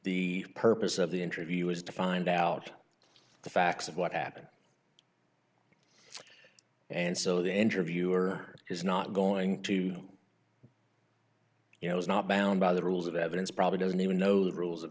the purpose of the interview is to find out the facts of what happened and so the interviewer is not going to you know is not bound by the rules of evidence probably doesn't even know the rules of